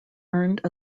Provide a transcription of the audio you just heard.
earned